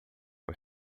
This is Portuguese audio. mas